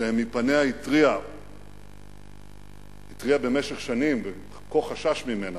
שעליה התריע במשך שנים, שכה חשש ממנה,